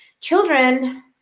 children